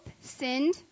sinned